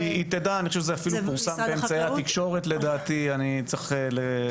שר החקלאות ופיתוח הכפר עודד פורר: אני חושב שזה פורסם באמצעי